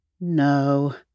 No